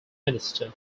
minister